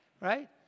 right